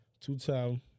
two-time